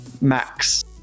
max